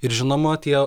ir žinoma tie